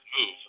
move